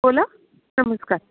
बोला नमस्कार